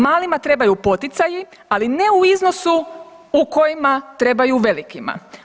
Malima trebaju poticaji, ali ne u iznosu u kojima trebaju velikima.